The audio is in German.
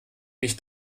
nicht